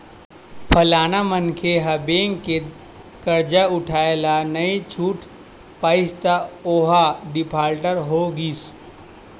फलाना मनखे ह बेंक के करजा उठाय ल नइ छूट पाइस त ओहा डिफाल्टर हो गिस